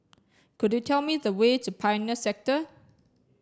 could you tell me the way to Pioneer Sector